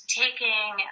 taking